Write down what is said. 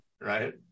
Right